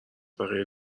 بقیه